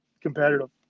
competitive